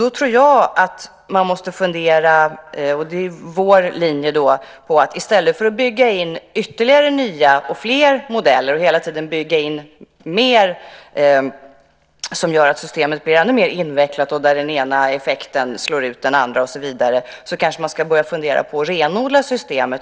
Då tror jag - det är vår linje - att man i stället för att hela tiden bygga in ytterligare nya och fler modeller och mer som gör att systemet blir ännu mer invecklat och att den ena effekten slår ut den andra och så vidare måste börja fundera på att renodla systemet.